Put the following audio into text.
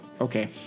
Okay